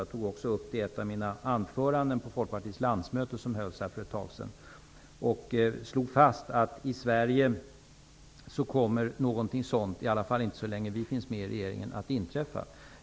Jag tog också upp det i ett av mina anföranden på Folkpartiets landsmöte som hölls för ett tag sedan och slog fast att i Sverige kommer något sådant i alla fall inte att inträffa så länge vi finns med i regeringen.